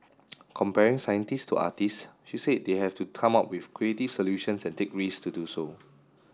comparing scientists to artists she said they have to come up with creative solutions and take risks to do so